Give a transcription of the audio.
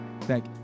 Thank